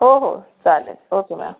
हो हो चालेल ओके मॅम